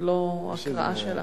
ולא הקראה שלה.